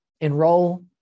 enroll